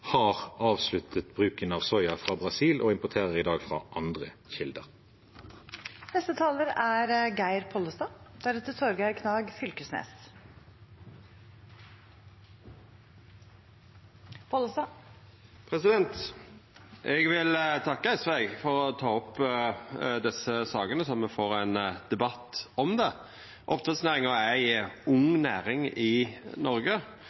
har avsluttet bruken av soya fra Brasil og importerer i dag fra andre kilder. Eg vil takka SV for å ta opp desse sakene, så me får ein debatt om det. Oppdrettsnæringa er ei ung næring i Noreg.